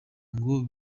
ngo